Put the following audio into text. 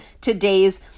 today's